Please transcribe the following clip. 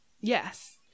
Yes